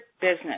business